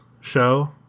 show